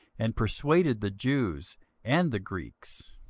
and persuaded the jews and the greeks.